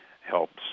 helps